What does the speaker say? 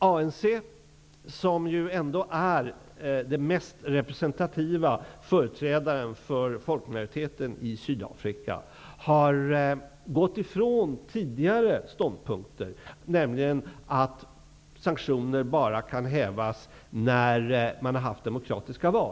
ANC, som ändå är den mest representativa företrädaren för folkmajoriteten i Sydafrika, har gått ifrån tidigare ståndpunkter, nämligen att sanktioner bara kan hävas efter demokratiska val.